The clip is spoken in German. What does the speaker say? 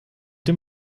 dem